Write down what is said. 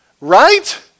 right